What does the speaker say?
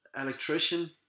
electrician